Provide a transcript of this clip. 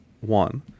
one